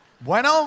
Bueno